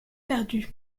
perdu